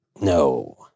No